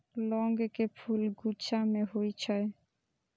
लौंग के फूल गुच्छा मे होइ छै